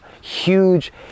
huge